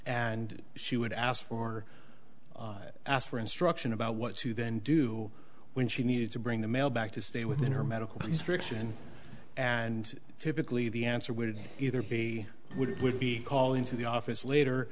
and she would ask for it ask for instruction about what to then do when she needed to bring the mail back to stay within her medical use for action and typically the answer would either be what it would be called into the office later